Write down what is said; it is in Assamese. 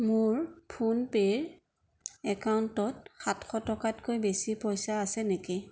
মোৰ ফোনপে'ৰ একাউণ্টত সাতশ টকাতকৈ বেছি পইচা আছে নেকি